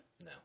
No